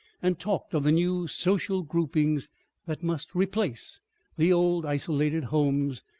and talked of the new social groupings that must replace the old isolated homes,